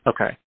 Okay